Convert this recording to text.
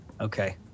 Okay